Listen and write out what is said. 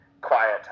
quiet